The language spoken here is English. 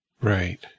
Right